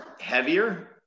heavier